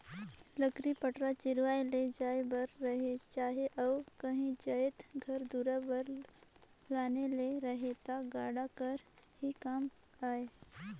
लकरी पटरा चिरवाए ले जाए बर रहें चहे अउ काही जाएत घर दुरा बर लाने ले रहे ता गाड़ा हर ही काम आए